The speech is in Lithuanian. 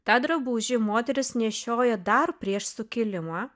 tą drabužį moterys nešiojo dar prieš sukilimą